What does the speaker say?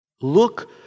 Look